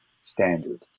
standard